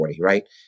right